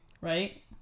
Right